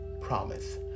promise